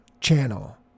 channel